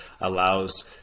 allows